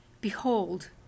Behold